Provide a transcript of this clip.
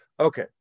Okay